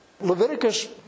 Leviticus